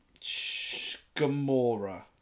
Gamora